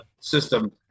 system